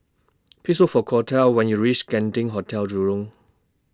Please Look For Cordell when YOU REACH Genting Hotel Jurong